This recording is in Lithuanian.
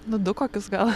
nu du kokius gal